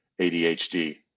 ADHD